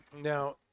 Now